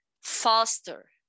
faster